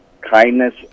kindness